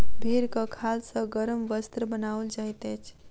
भेंड़क खाल सॅ गरम वस्त्र बनाओल जाइत अछि